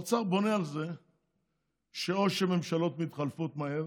האוצר בונה על זה שממשלות מתחלפות מהר